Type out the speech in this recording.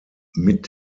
mit